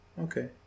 Okay